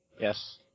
Yes